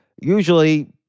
usually